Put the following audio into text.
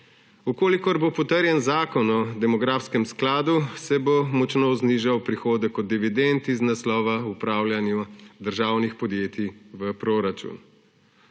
Če bo potrjen zakon o demografskem skladu, se bo močno znižal prihodek od dividend iz naslova upravljanja državnih podjetij v proračun.